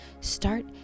start